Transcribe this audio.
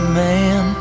man